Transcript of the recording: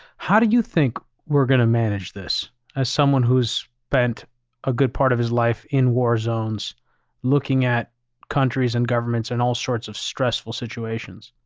how do you think we're going to manage this as someone who spent a good part of his life in war zones looking at countries and governments and all sorts of stressful situations?